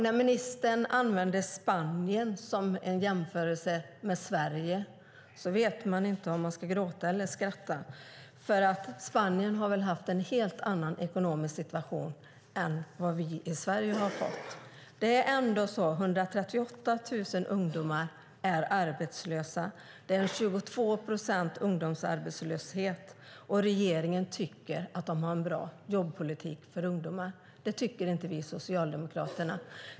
När ministern använder Spanien som en jämförelse med Sverige vet man inte om man ska gråta eller skratta. Spanien har haft en helt annan ekonomisk situation än vad vi i Sverige har fått. Det är 138 000 ungdomar som är arbetslösa. Det är en ungdomsarbetslöshet på 22 procent. Regeringen tycker att den har en bra jobbpolitik för ungdomar. Det tycker inte vi i Socialdemokraterna.